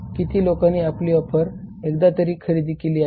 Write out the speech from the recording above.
किती लोकांनी आपली ऑफर एकदा तरी खरेदी केली आहे